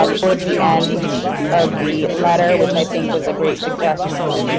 um towards the end of the letter, which i think was a great suggestion.